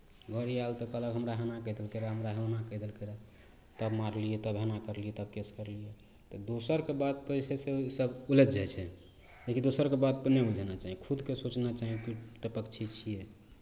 घर आयल तऽ कहलक हमरा हे एना कहि देलकै रहए तऽ हमरा हे ओना कहि देलकै रहए तब मारलियै तब एना करलियै तब केस करलियै तऽ दोसरके बातपर जे छै से सभ उलझि जाइ छै लेकिन दोसरके बातपर नहि उलझना चाही खुदके सोचना चाही कि ई तऽ पक्षी छियै